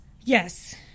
Yes